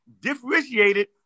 differentiated